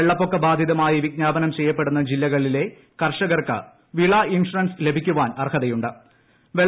വെള്ളപ്പൊക്ക ബാധിതമായി വിജ്ഞാപനം ചെയ്യപ്പെടുന്ന ജില്ലകളിലെ കർഷകർക്ക് വിള ഇൻഷൂറൻസ് ലഭിക്കാൻ് അർഹതയുണ്ട്